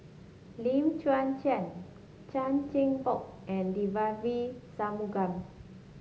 Lim Chwee Chian Chan Chin Bock and Devagi Sanmugam